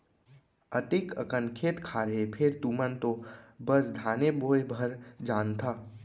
अतेक अकन खेत खार हे फेर तुमन तो बस धाने बोय भर जानथा